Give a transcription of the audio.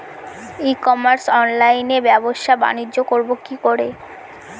ই commerce অনলাইনে ব্যবসা বানিজ্য করব কি করে?